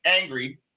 angry